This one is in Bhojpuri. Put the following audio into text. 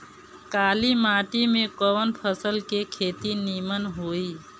काली माटी में कवन फसल के खेती नीमन होई?